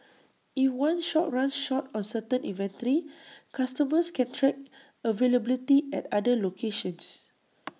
if one shop runs short on certain inventory customers can track availability at other locations